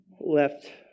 left